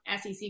SEC